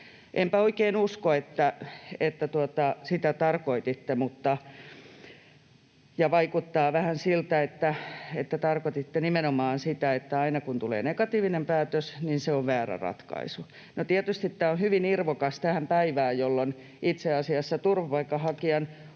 Enpä oikein usko, että sitä tarkoititte, ja vaikuttaa vähän siltä, että tarkoititte nimenomaan sitä, että aina kun tulee negatiivinen päätös, se on väärä ratkaisu. No tietysti tämä on hyvin irvokasta tänä päivänä, jolloin itse asiassa turvapaikanhakijan